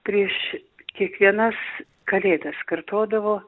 prieš kiekvienas kalėdas kartodavo